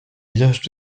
villages